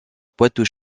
poitou